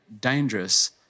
dangerous